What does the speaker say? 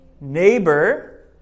neighbor